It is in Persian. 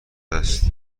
است